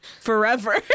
forever